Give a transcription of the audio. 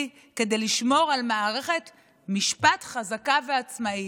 כדי לשמור על מערכת משפט חזקה ועצמאית.